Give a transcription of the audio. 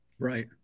Right